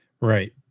Right